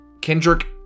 Kendrick